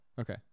Okay